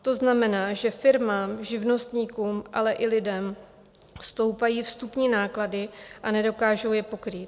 To znamená, že firmám, živnostníkům, ale i lidem stoupají vstupní náklady a nedokážou je pokrýt.